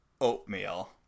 Oatmeal